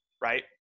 right